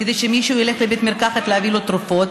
כדי שמישהו ילך לבית מרקחת להביא לו תרופות,